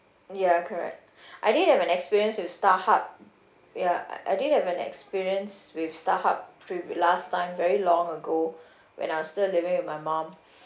ya correct I did have an experience with starhub ya I did have an experience with starhub prev~ last time very long ago when I'm still living with my mom